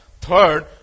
Third